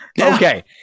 Okay